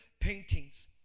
paintings